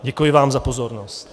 Děkuji vám za pozornost.